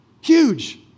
huge